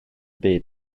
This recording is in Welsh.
byd